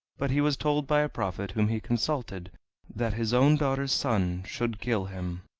but he was told by a prophet whom he consulted that his own daughter's son should kill him.